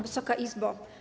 Wysoka Izbo!